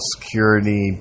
Security